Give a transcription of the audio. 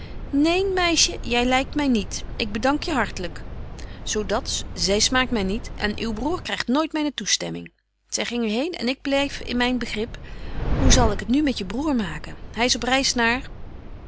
neen meisje jy lykt my niet ik bedank je hartlyk zo dat zy smaakt my niet en uw broêr krygt nooit myne toestemming zy gingen heen en ik blyf in myn begrip hoe zal ik het nu met je broêr maken hy is op reis naar